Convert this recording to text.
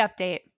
update